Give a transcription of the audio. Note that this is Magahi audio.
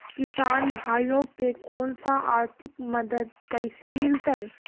किसान भाइयोके कोन से आर्थिक मदत कैसे मीलतय?